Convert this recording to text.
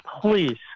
please